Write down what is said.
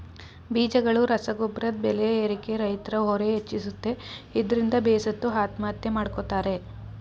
ಬೀಜಗಳು ರಸಗೊಬ್ರದ್ ಬೆಲೆ ಏರಿಕೆ ರೈತ್ರ ಹೊರೆ ಹೆಚ್ಚಿಸುತ್ತೆ ಇದ್ರಿಂದ ಬೇಸತ್ತು ಆತ್ಮಹತ್ಯೆ ಮಾಡ್ಕೋತಾರೆ